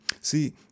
See